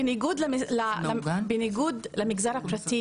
בניגוד למגזר הפרטי